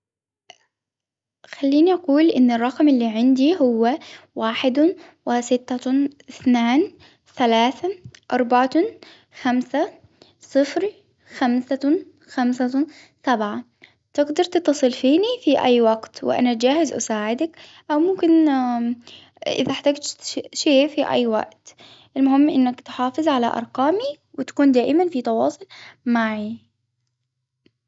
خليني أقول إن الرقم اللي عندي هو واحد، وستة، اثنان، ثلاث، أربعة، خمسة، صفر، خمسة، خمسة، سبعة، تقدر تتصل فيني في أي وقت وأنا جاهز أساعدك أو ممكن إذا إحتجت شئ-شئ في أي وقت، المهم إنك تحافظ على أرقامي وتكون دائما في تواصل معي.